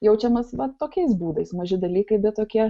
jaučiamas vat tokiais būdais maži dalykai bet tokie